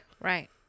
Right